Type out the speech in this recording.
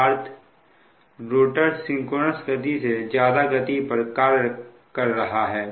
अर्थात rotor synchronous गति से ज्यादा गति पर कार्य कर रहा है